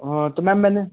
हाँ तो मैम मैंने